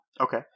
Okay